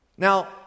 now